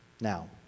Now